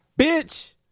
Bitch